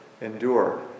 endure